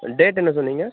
date என்ன சொன்னீங்கள்